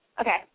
Okay